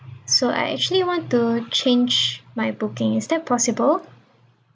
so I actually want to change my booking is that possible